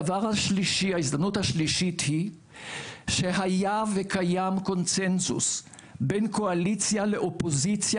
ההזדמנות השלישית היא שהיה וקיים קונצנזוס בין קואליציה לאופוזיציה